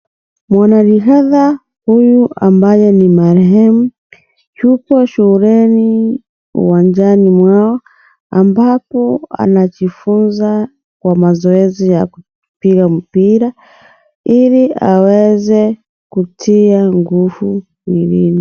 Mwanariadha huyu ambaye ni marehemu. Yupo shuleni uwanjani mwao, ambapo anajifunza kwa mazoezi ya kupiga mpira, ili aweze kutia nguvu mwilini.